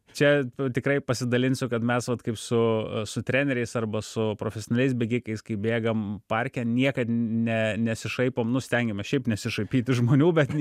čia tikrai pasidalinsiu kad mes vat kaip su su treneriais arba su profesionaliais bėgikais kai bėgam parke niekad ne nesišaipom nu stengiamės šiaip nesišaipyt iš žmonių bet